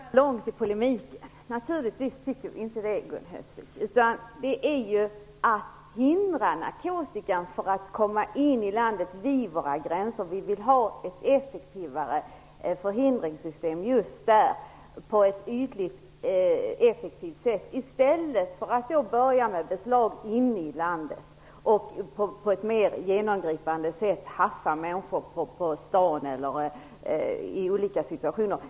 Fru talman! Gun Hellsvik går för långt i polemiken. Naturligtvis tycker vi inte så, utan det är för att hindra att narkotika kommer in i landet som vi vill ha ett effektivare system, i stället för att börja göra beslag inne i landet och på ett mer genomgripande sätt haffa människor i olika situationer.